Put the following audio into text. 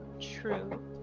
true